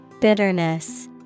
Bitterness